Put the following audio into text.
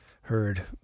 heard